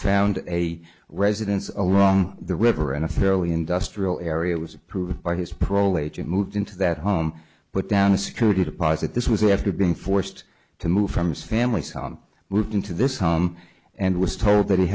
found a residents along the river in a fairly industrial area was approved by his parole agent moved into that home put down a security deposit this was after being forced to move from so families moved into this home and was told that he